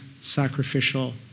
sacrificial